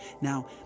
Now